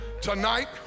tonight